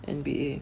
N_B_A